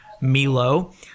Milo